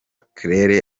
claire